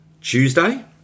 Tuesday